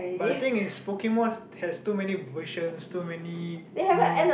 but I think is Pokemon has too many versions too many new